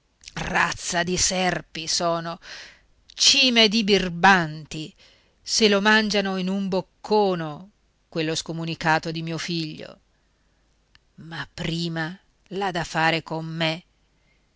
razze di serpi sono cime di birbanti se lo mangiano in un boccone quello scomunicato di mio figlio ma prima l'ha da fare con me